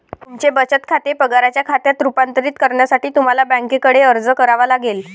तुमचे बचत खाते पगाराच्या खात्यात रूपांतरित करण्यासाठी तुम्हाला बँकेकडे अर्ज करावा लागेल